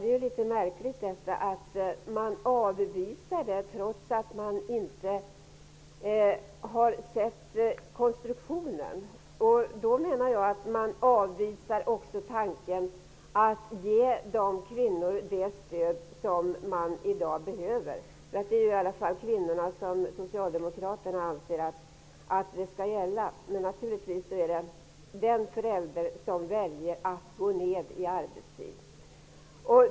Det är litet märkligt att man avvisar vårdnadsbidraget, trots att man inte har sett konstruktionen. Då menar jag att man avvisar också tanken att ge kvinnorna det stöd som de i dag behöver. Det är i alla fall kvinnorna som Socialdemokraterna anser det bör gälla. Naturligtvis gäller det den förälder som väljer att gå ned i arbetstid.